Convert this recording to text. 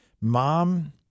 Mom